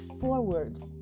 forward